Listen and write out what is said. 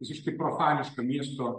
visiškai profaniška miesto